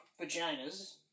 Vaginas